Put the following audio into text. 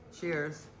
Cheers